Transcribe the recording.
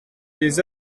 les